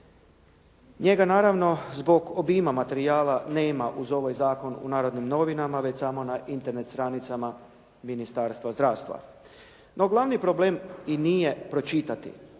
Njega naravno zbog obima materijala nema uz ovaj zakon u "Narodnim novinama", već samo na internet stranicama Ministarstva zdravstva. No glavni problem i nije pročitati,